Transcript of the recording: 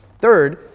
Third